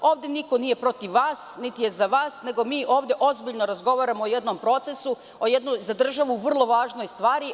Ovde niko nije protiv vas, niti je za vas, nego mi ovde ozbiljno razgovaramo o jednom procesu, o jednoj za državu vrlo važnoj stvari.